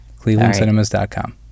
clevelandcinemas.com